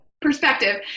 perspective